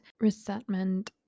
resentment